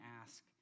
ask